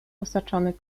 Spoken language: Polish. osaczony